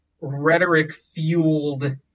rhetoric-fueled